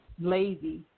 lazy